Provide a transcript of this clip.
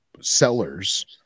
sellers